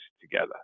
together